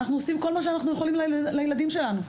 אנחנו עושים כל מה שאנחנו יכולים לילדים שלנו,